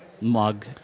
mug